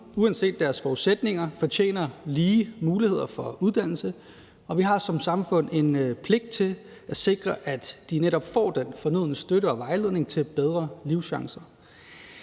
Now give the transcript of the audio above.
uanset deres forudsætninger fortjener lige muligheder for uddannelse, og vi har som samfund en pligt til at sikre, at de netop får den fornødne støtte og vejledning til bedre livschancer.